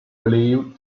believe